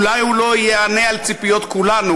אולי הוא לא יענה על ציפיות כולנו,